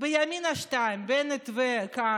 בימינה, שניים: בנט וכהנא.